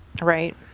Right